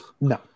No